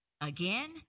Again